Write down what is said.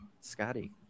Scotty